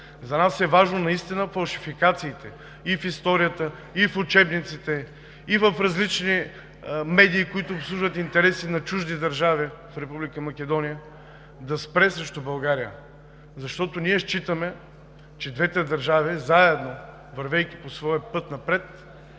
За нас е важно наистина фалшификациите и в историята, и в учебниците, и в различни медии, които обслужват интереси на чужди държави в Република Македония, да спрат срещу България. Защото ние считаме, че двете държави заедно, вървейки по своя път напред,